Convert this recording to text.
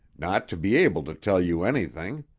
not to be able to tell you anything.